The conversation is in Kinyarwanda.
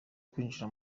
kwinjira